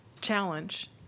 challenge